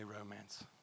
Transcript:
romance